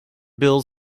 bills